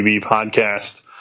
podcast